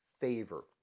favor